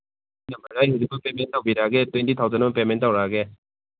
ꯑꯩ ꯍꯧꯖꯤꯛꯃꯛ ꯄꯦꯃꯦꯟ ꯇꯧꯕꯤꯔꯛꯑꯒꯦ ꯇ꯭ꯋꯦꯟꯇꯤ ꯊꯥꯎꯖꯟ ꯑꯃ ꯄꯦꯃꯦꯟ ꯇꯧꯔꯛꯑꯒꯦ